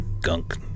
gunk